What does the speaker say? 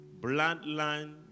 bloodline